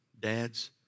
dads